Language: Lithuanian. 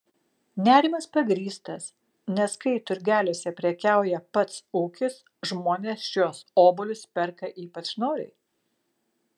nerimas pagrįstas nes kai turgeliuose prekiauja pats ūkis žmonės šiuos obuolius perka ypač noriai